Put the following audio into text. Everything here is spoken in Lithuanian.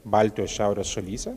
baltijos šiaurės šalyse